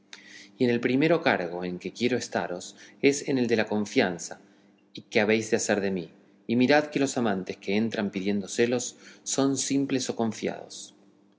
y en el primero cargo en que quiero estaros es en el de la confianza que habéis de hacer de mí y mirad que los amantes que entran pidiendo celos o son simples o confiados